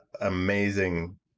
amazing